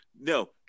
No